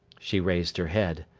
she raised her head,